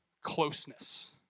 closeness